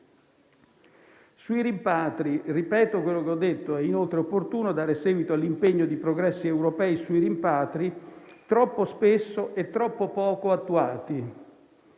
Sui rimpatri - ripeto quello che ho detto - è inoltre opportuno dare seguito all'impegno dei progressi europei sui rimpatri, troppo spesso e troppo poco attuati.